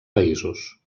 països